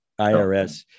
IRS